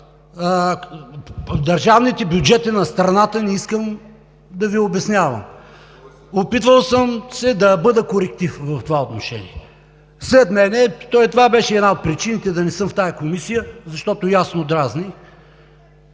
държавните бюджети на страната, не искам да Ви обяснявам. Опитвал съм се да бъда коректив в това отношение – това беше една от причините да не съм в тази комисия, защото е ясно, че дразни.